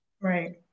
Right